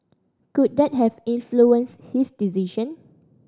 could that have influenced his decision